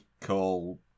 call